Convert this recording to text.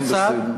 גם בסדר.